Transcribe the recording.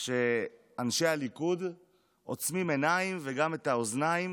אנשי הליכוד עוצמים את העיניים וגם את האוזניים